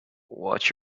watch